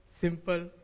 simple